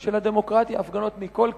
של הדמוקרטיה, הפגנות מכל כיוון.